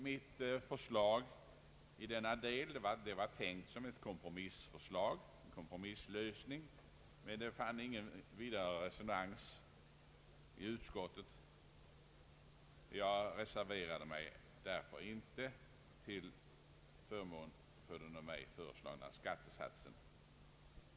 Mitt förslag i denna del var tänkt som en kompromiss men vann ingen resonans i utskottet, och jag reserverade mig därför inte till förmån för den av mig föreslagna skattesatsen.